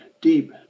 deep